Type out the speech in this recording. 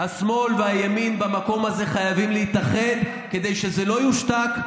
השמאל והימין במקום הזה חייבים להתאחד כדי שזה לא יושתק,